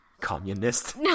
Communist